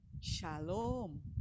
shalom